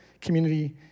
community